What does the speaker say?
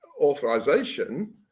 Authorization